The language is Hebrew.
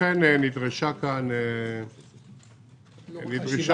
ולכן נדרשה כאן התייחסות.